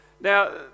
Now